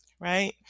right